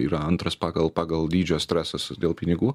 yra antras pagal pagal dydžio stresas dėl pinigų